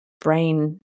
brain